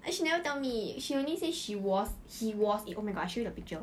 eh she never tell me she only say she was he was in oh my gosh I show you the picture